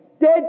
dead